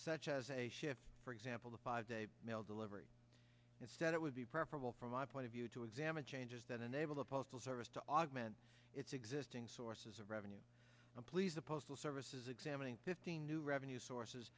such as a shift for example the five day mail delivery and said it would be preferable from my point of view to examine changes that enable the postal service to augment its existing sources of revenue and please the postal service is examining fifteen new revenue sources